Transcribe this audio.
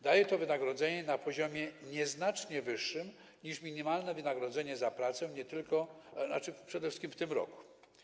Daje to wynagrodzenie na poziomie nieznacznie wyższym niż minimalne wynagrodzenie za pracę przede wszystkim w tym roku.